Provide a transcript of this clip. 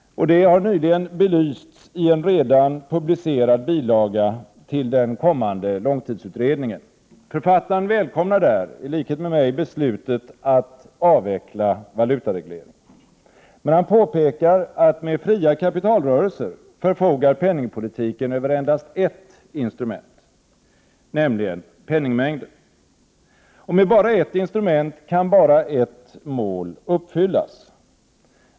Det har nyligen belysts i en redan publicerad bilaga till den kommande långtidsutredningen. Författaren välkomnar där i likhet med mig beslutet att avveckla valutaregleringen. Men han påpekar att med fria kapitalrörelser förfogar penningpolitiken över endast ett instrument, nämligen penningmängden. Med bara ett instrument kan bara ett mål uppfyllas.